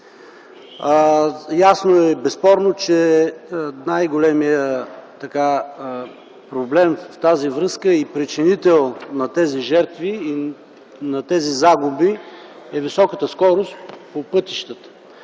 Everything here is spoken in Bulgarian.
Ясно и безспорно е, че най-големият проблем в тази връзка, причинител на тези жертви, на тези загуби, е високата скорост по пътищата.